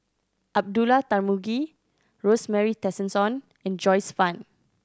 Abdullah Tarmugi Rosemary Tessensohn and Joyce Fan